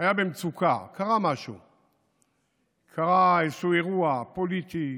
היה במצוקה, קרה משהו, קרה איזשהו אירוע פוליטי,